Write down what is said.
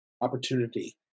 opportunity